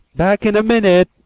back in a minute!